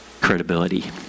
credibility